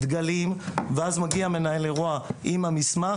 ואז מגיע מנהל אירוע עם המסמך,